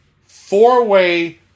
Four-way